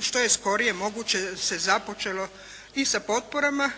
što je skorije moguće se započelo i sa potporama